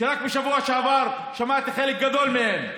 שרק בשבוע שעבר שמעתי חלק גדול מהם שאמרו: